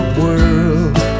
world